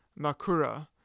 Makura